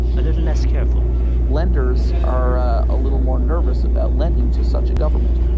a little less careful lenders are ah a little more nervous about lending to such a government.